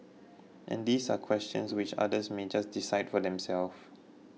and these are questions which others may just decide for themselve